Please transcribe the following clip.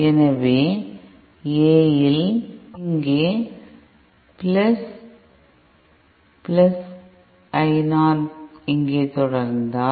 எனவே A இல் இங்கே ஐ நான் இங்கே தொடர்ந்தால்